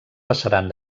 passaran